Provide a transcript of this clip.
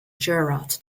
gerard